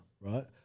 right